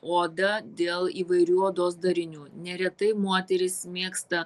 odą dėl įvairių odos darinių neretai moterys mėgsta